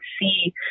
see